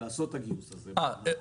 לעשות את הגיוס הזה בשנה הקרובה?